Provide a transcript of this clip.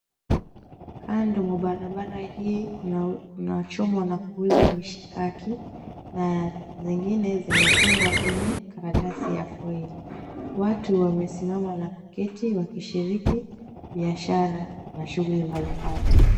Kando mwa barabara hii, kuna chomwa na kuuzwa mishikaki na zingine zimefungwa kwenye karatasi ya foil . Watu wamesimama na kuketi wakishiriki biashara na shughuli mbali mbali.